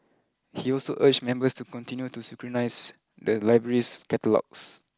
he also urged members to continue to scrutinise the library's catalogues